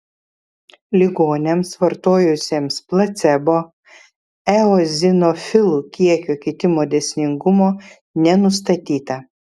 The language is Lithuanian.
ligoniams vartojusiems placebo eozinofilų kiekio kitimo dėsningumo nenustatyta